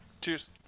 Cheers